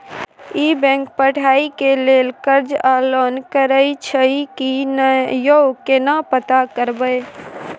ई bank पढ़ाई के लेल कर्ज आ लोन करैछई की नय, यो केना पता करबै?